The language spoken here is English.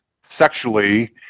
sexually